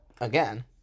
again